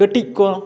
ᱠᱟᱹᱴᱤᱡ ᱠᱚ